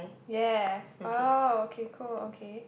ya ya ya orh okay cool okay